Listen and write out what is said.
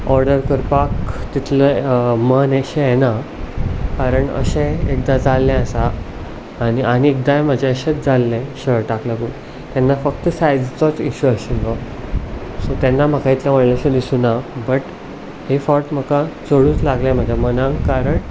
order करपाक तितलें मन अशें येना कारण अशें एकदां जाल्लें आसा आनी आनी एकदां म्हजें अशेंच जाल्लें शर्टाक लागून तेन्ना फक्त सायझीचोच इश्यू आशिल्लो सो तेन्ना म्हाका इतलें व्हडलेंशें दिसूंक ना बट हे फावट म्हाका चडूच लागलें म्हज्या मनाक कारण